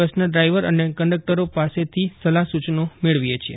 બસના ડ્રાઇવર અને કંડક્ટરો પાસેથી સલાહ સૂચનો મેળવીએ છીએ